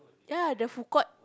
ya the food court